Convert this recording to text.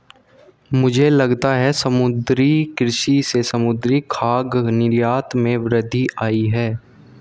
मुझे लगता है समुद्री कृषि से समुद्री खाद्य निर्यात में वृद्धि आयी है